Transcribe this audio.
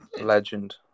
Legend